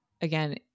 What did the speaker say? again